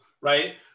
right